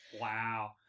Wow